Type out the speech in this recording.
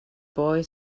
boy